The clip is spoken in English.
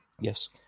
Yes